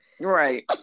Right